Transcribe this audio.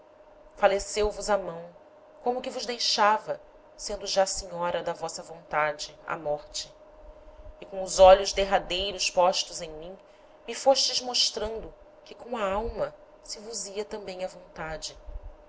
queria faleceu vos a mão como que vos deixava sendo já senhora da vossa vontade a morte e com os olhos derradeiros postos em mim me fostes mostrando que com a alma se vos ia tambem a vontade